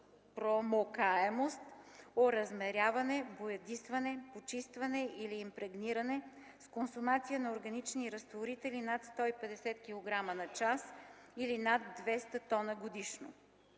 водонепромокаемост, оразмеряване, боядисване, почистване или импрегниране, с консумация на органични разтворители над 150 кг на час или над 200 т годишно.